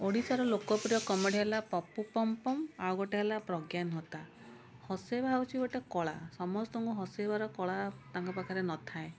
ଓଡ଼ିଶାର ଲୋକପ୍ରିୟ କମେଡ଼ି ହେଲା ପପୁ ପମ୍ପମ୍ ଆଉ ଗୋଟେ ହେଲା ପ୍ରଜ୍ଞାନ ହୋତା ହସେଇବା ହେଉଛି ଗୋଟେ କଳା ସମସ୍ତଙ୍କୁ ହସେଇବାର କଳା ତାଙ୍କ ପାଖରେ ନଥାଏ